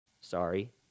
Sorry